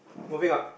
moving up